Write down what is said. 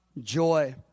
joy